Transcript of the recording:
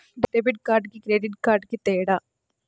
Debit కార్డుకి credit కార్డుకి తేడా?